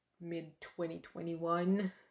mid-2021